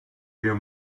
your